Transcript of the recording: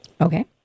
Okay